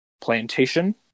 plantation